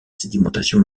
sédimentation